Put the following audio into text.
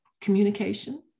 communication